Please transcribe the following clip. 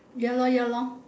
ya lor ya lor